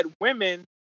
women